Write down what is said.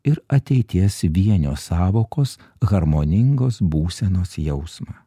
ir ateities vienio sąvokos harmoningos būsenos jausmą